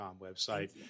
website